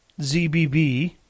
ZBB